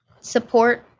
support